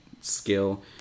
skill